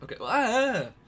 Okay